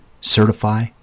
certify